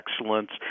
excellence